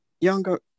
younger